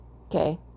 Okay